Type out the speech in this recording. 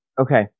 Okay